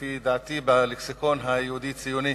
לפי דעתי, בלקסיקון היהודי-הציוני.